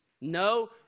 No